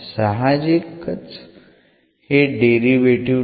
साहजिकच हे डेरिव्हेटीव्ह नाही